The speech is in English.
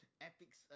Epic's